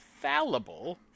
fallible